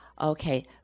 Okay